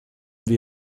wir